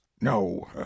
No